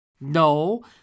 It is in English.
No